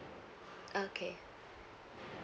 okay